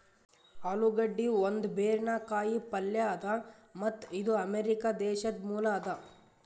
ಆಲೂಗಡ್ಡಿ ಒಂದ್ ಬೇರಿನ ಕಾಯಿ ಪಲ್ಯ ಅದಾ ಮತ್ತ್ ಇದು ಅಮೆರಿಕಾ ದೇಶದ್ ಮೂಲ ಅದಾ